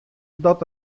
dat